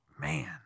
Man